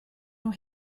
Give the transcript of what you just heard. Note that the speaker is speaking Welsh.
nhw